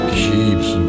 keeps